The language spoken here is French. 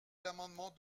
l’amendement